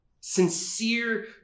sincere